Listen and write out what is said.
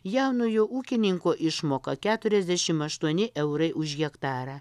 jaunojo ūkininko išmoka keturiasdešim aštuoni eurai už hektarą